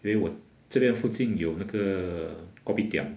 then 我这边附近有那个 kopitiam